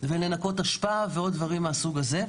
לנקות אשפה ועוד דברים מהסוג הזה.